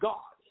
God